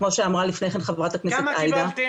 כמו שאמרה לפני כן חברת הכנסת עאידה,